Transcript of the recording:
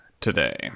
today